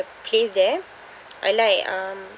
place there I like um